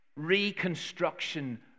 reconstruction